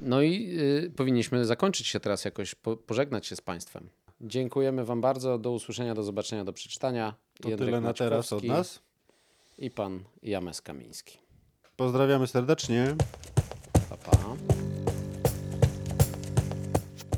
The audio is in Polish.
No i, y, powinniśmy zakończyć się teraz jakoś, po- pożegnać się z państwem. Dziękujemy wam bardzo. Do usłyszenia, do zobaczenia, do przeczytania. To Jędryk tyle Nacikowski na teraz od nas. i pan James Kamiński. Pozdrawiamy serdecznie. Pa, pa.